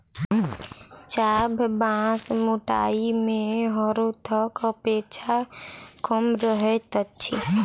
चाभ बाँस मोटाइ मे हरोथक अपेक्षा कम रहैत अछि